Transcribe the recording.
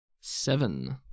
Seven